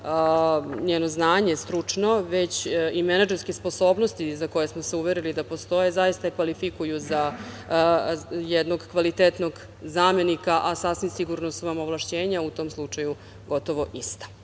njeno znanje stručno, već i menadžerske sposobnosti za koje smo se uverili da postoje, zaista je kvalifikuju za jednog kvalitetnog zamenika, a sasvim sigurno su vam ovlašćenja u tom slučaju gotovo ista.